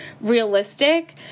realistic